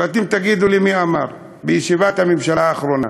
ואתם תגידו לי מי אמר בישיבת הממשלה האחרונה,